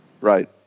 Right